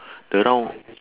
the round